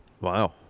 Wow